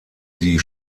die